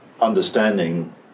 understanding